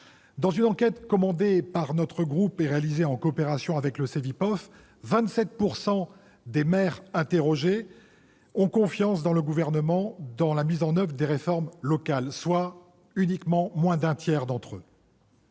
Dans une enquête commandée par notre groupe et réalisée en coopération avec le Cevipof, 27 % des maires interrogés font confiance au Gouvernement pour la mise en oeuvre des réformes locales, soit moins d'un tiers d'entre eux.